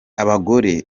abagore